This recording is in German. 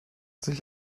sich